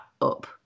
up